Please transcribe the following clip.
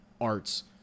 arts